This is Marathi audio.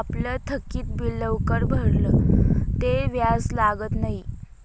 आपलं थकीत बिल लवकर भरं ते व्याज लागत न्हयी